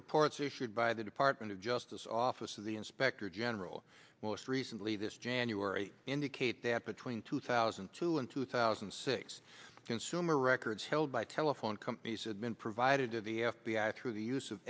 reports issued by the department of justice office of the inspector general most recently this january indicate that between two thousand and two and two thousand and six consumer records held by telephone companies and been provided to the f b i through the use of